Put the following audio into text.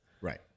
Right